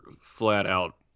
flat-out